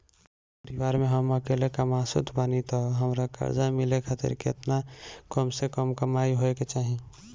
परिवार में हम अकेले कमासुत बानी त हमरा कर्जा मिले खातिर केतना कम से कम कमाई होए के चाही?